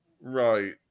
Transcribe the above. Right